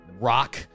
rock